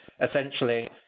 essentially